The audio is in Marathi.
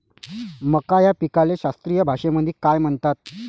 मका या पिकाले शास्त्रीय भाषेमंदी काय म्हणतात?